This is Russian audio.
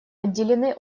отделены